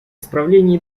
исправления